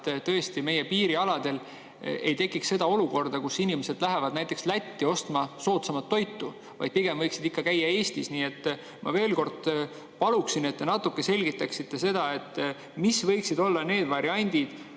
seda, et meie piirialadel ei tekiks olukorda, kus inimesed lähevad näiteks Lätti ostma soodsamat toitu, vaid pigem võiksid käia ikka Eestis. Ma veel kord palun, et te natuke selgitaksite seda, mis võiksid olla need variandid,